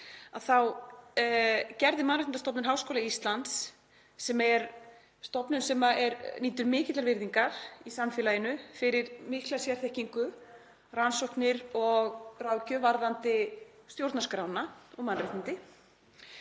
— en Mannréttindastofnun Háskóla Íslands er stofnun sem nýtur mikillar virðingar í samfélaginu fyrir mikla sérþekkingu, rannsóknir og ráðgjöf varðandi stjórnarskrána og mannréttindi